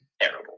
terrible